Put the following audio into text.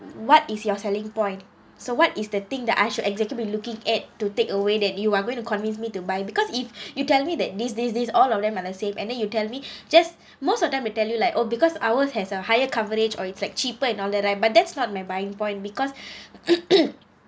what is your selling point so what is the thing that I should exactly be looking at to take away that you are going to convince me to buy because if you tell me that these these these all of them are the same and then you tell me just most of them will tell you like oh because ours has a higher coverage or it's like cheaper and all that right but that's not my buying point because